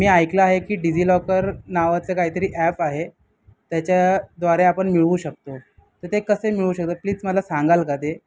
मी ऐकलं आहे की डिझीलॉकर नावाचं काहीतरी ॲप आहे त्याच्याद्वारे आपण मिळवू शकतो तर ते कसे मिळू शकतात प्लीज मला सांगाल का ते